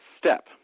step